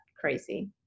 crazy